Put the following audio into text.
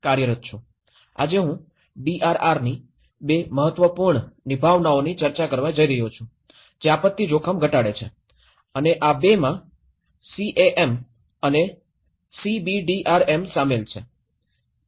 આજે હું ડીઆરઆર ની 2 મહત્વપૂર્ણ વિભાવનાઓની ચર્ચા કરવા જઇ રહ્યો છું જે આપત્તિ જોખમ ઘટાડે છે અને આ 2 માં સીએએમ અને સીબીડીઆરએમ શામેલ છે